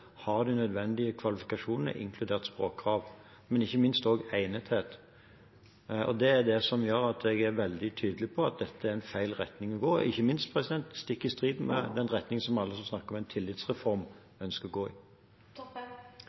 har de nødvendige kvalifikasjonene, inkludert språkkrav, men ikke minst også egnethet. Det er det som gjør at jeg er veldig tydelig på at dette er en feil retning å gå – og ikke minst stikk i strid med den retningen som alle som snakker om en tillitsreform, ønsker å gå